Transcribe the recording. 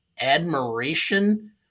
admiration